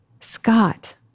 Scott